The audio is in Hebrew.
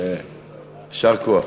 יישר כוח.